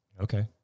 Okay